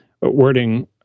wording